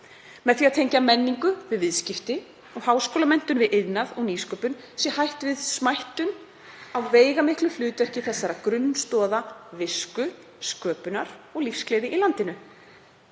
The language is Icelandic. Með því að tengja menningu við viðskipti og háskólamenntun við iðnað og nýsköpun er hætt við smættun á veigamiklu hlutverki þessara grunnstoða visku, sköpunar og lífsgleði í landinu.“